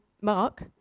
Mark